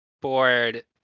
board